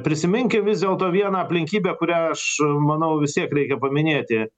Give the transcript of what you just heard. prisiminkim vis dėlto vieną aplinkybę kurią aš manau vis tiek reikia paminėti